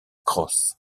cross